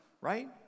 right